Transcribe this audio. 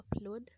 upload